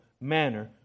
manner